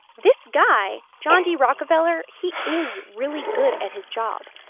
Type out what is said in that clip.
this guy, john d. rockefeller, he is really good at his job.